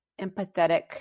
empathetic